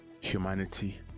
humanity